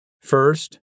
First